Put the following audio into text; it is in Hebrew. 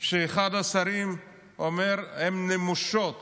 שאחד השרים אומר שהם נמושות